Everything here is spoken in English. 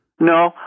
No